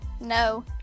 No